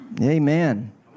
Amen